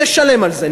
נשלם על זה.